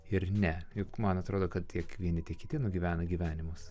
ir ne juk man atrodo kad tiek vieni tiek kiti nugyvena gyvenimus